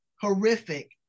horrific